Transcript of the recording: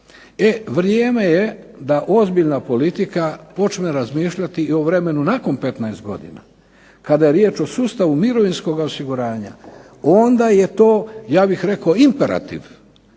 E, vrijeme je da ozbiljna politika počne razmišljati i o vremenu nakon 15 godina. Kada je riječ o sustavu mirovinskoga osiguranja onda je to, ja bih rekao, imperativ.